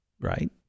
right